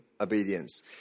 obedience